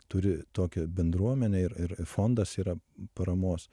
turi tokią bendruomenę ir ir fondas yra paramos